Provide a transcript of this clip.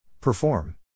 Perform